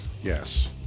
Yes